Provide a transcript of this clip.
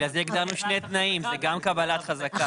בגלל זה הגדרנו שני תנאים, זה גם קבלת חזקה.